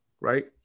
right